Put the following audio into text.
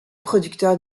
producteur